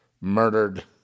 murdered